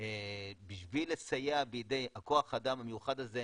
בשביל לסייע בידי כח האדם המיוחד הזה,